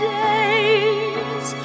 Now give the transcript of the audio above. days